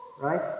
right